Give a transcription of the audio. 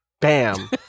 Bam